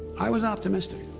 i was optimistic.